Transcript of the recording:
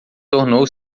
tornou